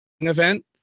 event